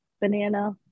banana